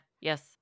yes